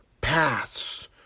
paths